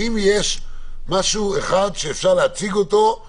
האם יש משהו אחד שאפשר להציג אותו